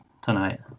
tonight